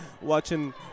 watching